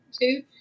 two